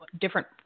different